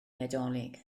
nadolig